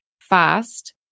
fast